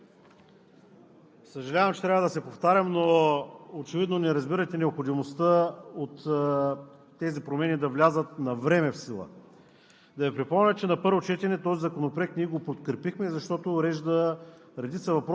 Уважаеми господин Председател, уважаеми колеги! Съжалявам, че трябва да се повтарям, но очевидно не разбирате необходимостта тези промени да влязат в сила